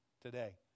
today